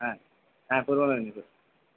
হ্যাঁ হ্যাঁ পূর্ব মেদিনীপুর